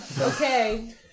Okay